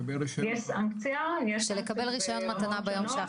יש סנקציה --- של לקבל רישיון במתנה ביום שאחרי.